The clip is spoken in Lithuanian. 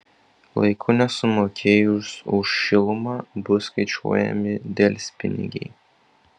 laiku nesumokėjus už šilumą bus skaičiuojami delspinigiai